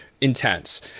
intense